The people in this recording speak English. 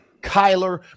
Kyler